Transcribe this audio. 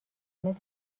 مثل